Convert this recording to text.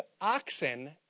oxen